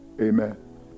amen